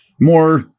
More